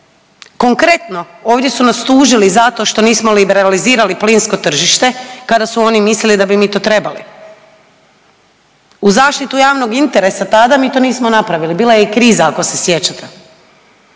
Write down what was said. Konkretno, ovdje su nas tužili zato što nismo liberalizirali plinsko tržište kada su oni mislili da bi mi to trebali. U zaštitu javnog interesa tada mi to nismo napravili. Bila je i kriza ako se sjećate